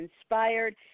inspired